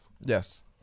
Yes